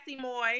Moy